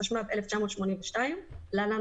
התשמ"ב-1982 (להלן,